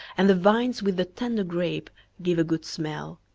and the vines with the tender grape give a good smell.